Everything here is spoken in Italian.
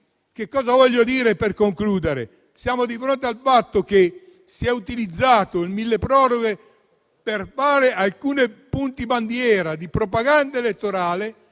Cosa voglio dire, per concludere? Siamo di fronte al fatto che si è utilizzato il decreto milleproroghe per fare alcuni punti bandiera di propaganda elettorale,